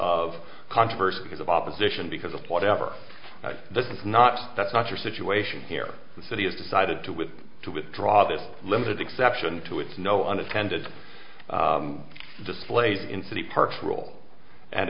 of controversy because of opposition because of whatever this is not that's not your situation here the city has decided to with to withdraw that limit exception to its no unintended displayed in city parks rule and